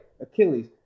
Achilles